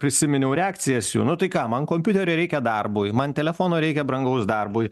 prisiminiau reakcijas jų nu tai ką man kompiuterio reikia darbui man telefono reikia brangaus darbui